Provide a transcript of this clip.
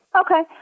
Okay